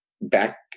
back